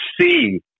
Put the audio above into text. see